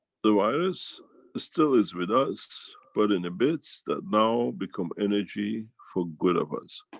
the virus still is with us, but in a bits that now become energy, for good of us.